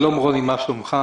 שלום, רוני, מה שלומך?